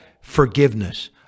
Forgiveness